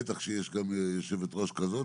בטח כשיש גם יושבת-ראש כזאת,